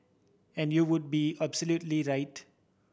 and you would be absolutely right